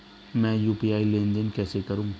मैं यू.पी.आई लेनदेन कैसे करूँ?